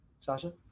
Sasha